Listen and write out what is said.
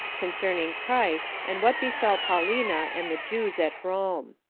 concerning christ, and what befell paulina and the jews at rome.